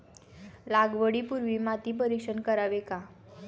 लागवडी पूर्वी माती परीक्षण करावे का?